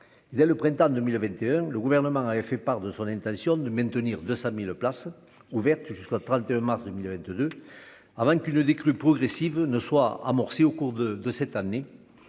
y a le printemps 2021, le gouvernement avait fait part de son intention de maintenir de 5000 places ouvertes jusqu'au 31 mars 2022 avant qu'une décrue progressive ne soit amorcée au cours de de cette année